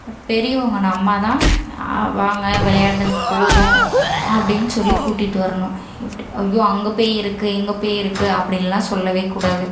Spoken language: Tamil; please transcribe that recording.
பெரியவங்க நம்ம தான் வாங்க விளையாட்னது போதும் அப்படின் சொல்லி கூட்டிகிட்டு வரணும் இப் ஐயோ அங்கே பேய் இருக்கு இங்கே பேய் இருக்கு அப்படின்லாம் சொல்லவே கூடாது